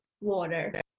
water